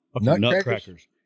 nutcrackers